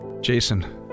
Jason